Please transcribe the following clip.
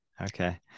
okay